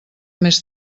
més